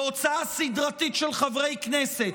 בהוצאה סדרתית של חברי כנסת,